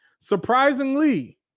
surprisingly